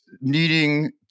needing